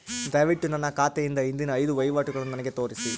ದಯವಿಟ್ಟು ನನ್ನ ಖಾತೆಯಿಂದ ಹಿಂದಿನ ಐದು ವಹಿವಾಟುಗಳನ್ನು ನನಗೆ ತೋರಿಸಿ